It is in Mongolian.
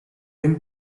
энэ